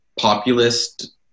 populist